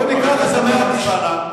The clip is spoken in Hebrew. בוא וניקח את המאה ה-19,